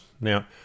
Now